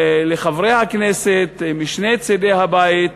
לחברי הכנסת משני צדי הבית,